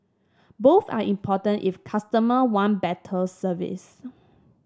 both are important if customer want better service